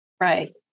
Right